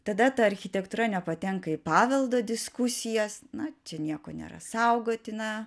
tada ta architektūra nepatenka į paveldo diskusijas na čia nieko nėra saugotina